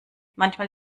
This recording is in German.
manchmal